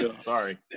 Sorry